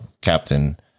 Captain